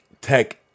tech